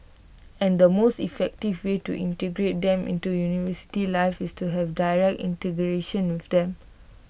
and the most effective way to integrate them into university life is to have direct integration with them